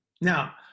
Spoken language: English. Now